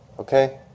Okay